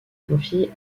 confiée